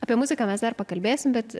apie muziką mes dar pakalbėsim bet